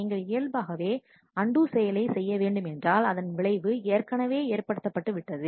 நீங்கள் இயல்பாகவே அண்டு செயலை செய்ய வேண்டும் என்றால் அதன் விளைவு ஏற்கனவே ஏற்படுத்தப்பட்டு விட்டது